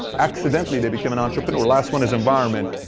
accidentally they became an entrepreneur. last one is environment,